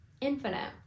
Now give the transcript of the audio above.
infinite